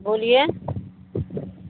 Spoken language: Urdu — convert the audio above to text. بولیے